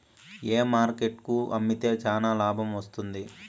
ఏ market కు అమ్మితే చానా లాభం వస్తుంది?